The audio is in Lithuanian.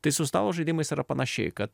tai su stalo žaidimais yra panašiai kad